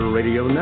Radio